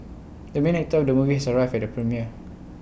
the main actor of the movie has arrived at the premiere